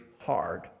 hard